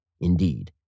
Indeed